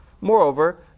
Moreover